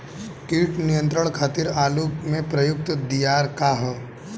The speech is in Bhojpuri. कीट नियंत्रण खातिर आलू में प्रयुक्त दियार का ह?